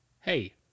hey